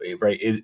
right